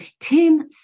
Tim